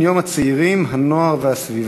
3344 ו-3369 בנושא: ציון יום הצעירים והנוער בישראל.